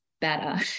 better